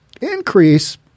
increase